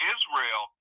Israel